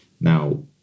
Now